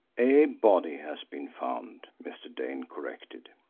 a body has been found, mr. dane corrected,